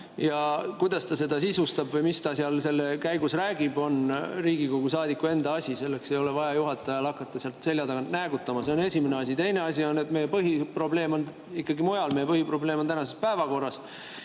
liige] seda sisustab või mis ta selle käigus räägib, on Riigikogu saadiku enda asi, juhatajal ei ole vaja hakata sealt selja tagant näägutama. See on esimene asi. Teine asi on see, et meie põhiprobleem on ikkagi mujal. Meie põhiprobleem on tänases päevakorras.